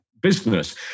business